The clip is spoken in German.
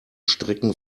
strecken